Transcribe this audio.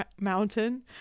mountain